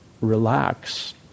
relax